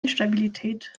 instabilität